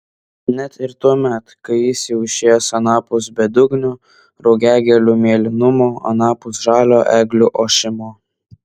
net ir tuomet kai jis jau išėjęs anapus bedugnio rugiagėlių mėlynumo anapus žalio eglių ošimo